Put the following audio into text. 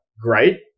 great